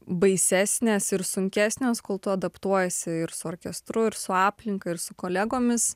baisesnės ir sunkesnės kol tu adaptuojasi ir su orkestru ir su aplinka ir su kolegomis